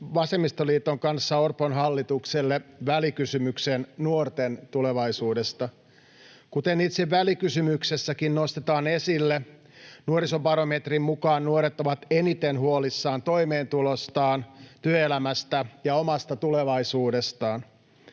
vasemmistoliiton kanssa Orpon hallitukselle välikysymyksen nuorten tulevaisuudesta. Kuten itse välikysymyksessäkin nostetaan esille, nuorisobarometrin mukaan nuoret ovat eniten huolissaan toimeentulostaan, työelämästä ja omasta tulevaisuudestaan.